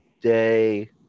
Day